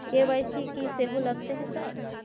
KYC की सेहो लगतै है सर?